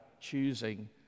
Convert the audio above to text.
choosing